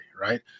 Right